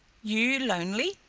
you lonely,